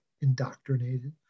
indoctrinated